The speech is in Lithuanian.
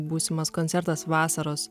būsimas koncertas vasaros